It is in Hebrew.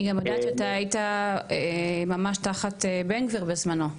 אני גם יודעת שאתה היית ממש תחת בן גביר בזמנו.